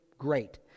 great